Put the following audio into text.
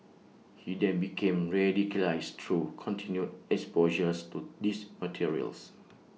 he then became radicalised through continued exposures to these materials